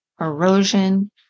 erosion